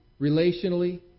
relationally